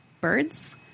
birds